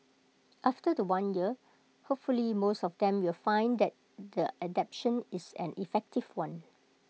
after The One year hopefully most of them will find that the adaptation is an effective one